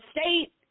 state